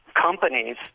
companies